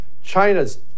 China's